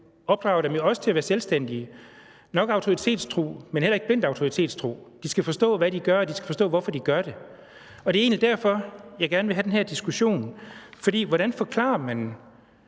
opdrager dem jo også til at være selvstændige – nok autoritetstro, man heller ikke blindt autoritetstro. De skal forstå, hvad de gør, og de skal forstå, hvorfor de gør det. Det er egentlig derfor, jeg gerne vil have den her diskussion. For hvordan forklarer man